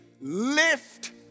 lift